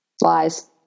Lies